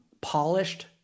polished